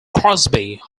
crosby